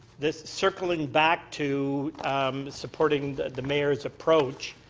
this circlng back to supporting the the mayor's approach,